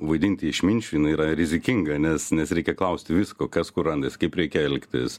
vaidinti išminčių jinai yra rizikinga nes nes reikia klausti visko kas kur randas kaip reikia elgtis